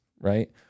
right